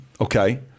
Okay